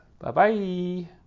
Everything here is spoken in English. Bye-bye